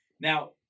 Now